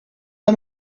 for